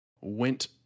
went